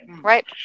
Right